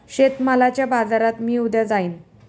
शेतमालाच्या बाजारात मी उद्या जाईन